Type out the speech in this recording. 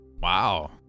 Wow